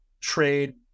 trade